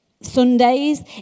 Sundays